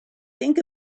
think